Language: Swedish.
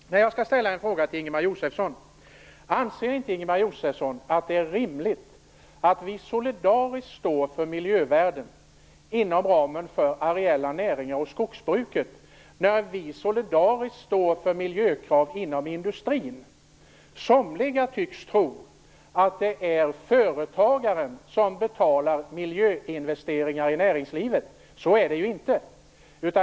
Anser inte Ingemar Josefsson att det är rimligt att vi solidariskt står för miljövärden inom ramen för de areella näringarna och skogsbruket när vi solidariskt står för miljökraven inom industrin? Somliga tycks tro att det är företagaren som betalar miljöinvesteringar i näringslivet. Så är det ju inte.